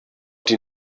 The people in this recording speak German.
die